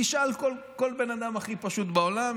תשאל כל בן אדם הכי פשוט בעולם,